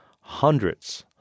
hundreds